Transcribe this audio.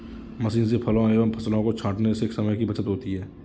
machine से फलों एवं फसलों को छाँटने से समय की बचत होती है